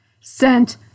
sent